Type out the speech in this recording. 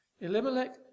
Elimelech